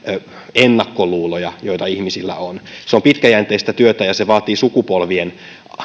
ennakkoluuloja joita ihmisillä on se on pitkäjänteistä työtä ja vaatii sukupolvien